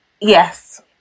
Yes